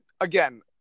again